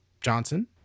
Johnson